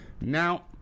now